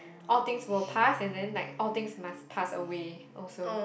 all things will pass and then like all things must pass away also